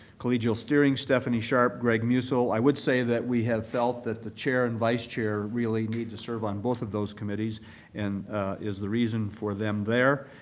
collegial steering, stephanie sharp, greg musil. i would say that we have felt that the chair and vice chair really need to serve on both of those committees and is the reason for them there.